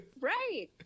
Right